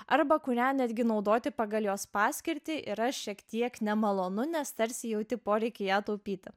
arba kurią netgi naudoti pagal jos paskirtį yra šiek tiek nemalonu nes tarsi jauti poreikį ją taupyti